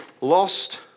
lost